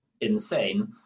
insane